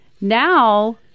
Now